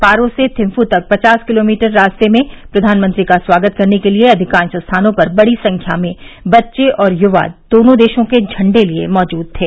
पारो से थिम्फू तक पचास किलोमीटर रास्ते में प्रधानमंत्री का स्वागत करने के लिए अधिकांश स्थानों पर बड़ी संख्या में बच्चे और युवा दोनों देशों के झंडे लिए मौजूद थे